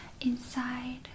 inside